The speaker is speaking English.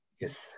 Yes